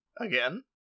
Again